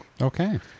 Okay